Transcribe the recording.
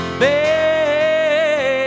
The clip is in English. baby